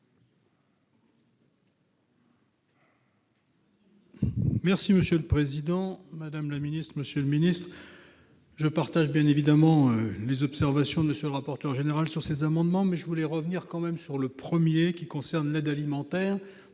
est à M. Arnaud Bazin, pour explication de vote. Je partage bien évidemment les observations de M. le rapporteur général sur ces amendements, mais je voulais revenir quand même sur le premier, qui concerne l'aide alimentaire,